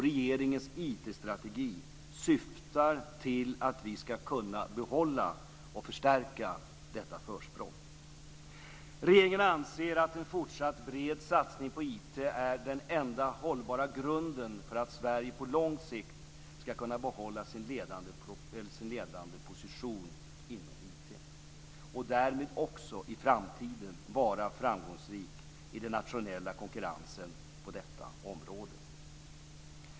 Regeringens IT-strategi syftar till att vi ska kunna behålla och förstärka detta försprång. Regeringen anser att en fortsatt bred satsning på IT är den enda hållbara grunden för att Sverige på lång sikt ska kunna behålla sin ledande position inom IT och därmed också i framtiden vara framgångsrikt i den nationella konkurrensen på detta område.